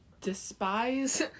despise